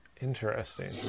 Interesting